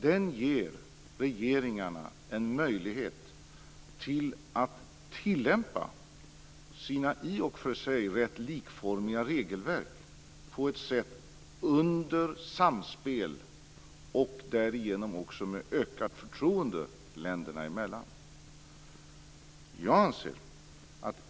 Den ger regeringarna en möjlighet att tillämpa sina i och för sig rätt likformiga regelverk under samspel, och därmed också med ökat förtroende länderna emellan.